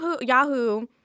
Yahoo